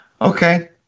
Okay